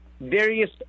various